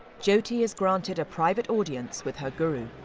jyoti is granted a private audience with her guru.